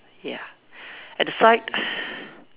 ya at the side